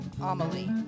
Amelie